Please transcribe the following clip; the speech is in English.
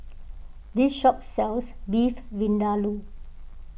this shop sells Beef Vindaloo